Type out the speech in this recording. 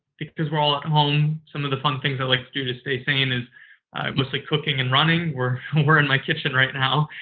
because we're all at and home, some of the fun things i like to do to stay sane is mostly cooking and running. we're in and my kitchen right now.